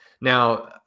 now